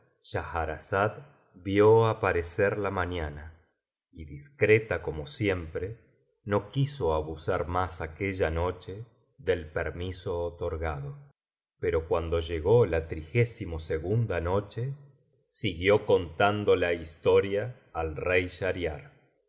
razada vio aparecer la mañana y discreta como siempre no quiso abusar más aquella noche del permiso otorgado pero cuando llegó la noche siguió contando la historia al rey